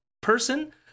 person